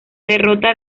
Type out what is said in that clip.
derrota